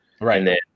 Right